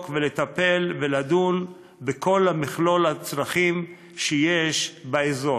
ולטפל ולדון במכלול הצרכים שיש באזור.